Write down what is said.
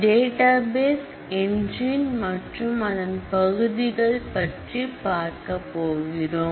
database engine மற்றும் அதன் பகுதிகள் பற்றி பார்க்க போகிறோம்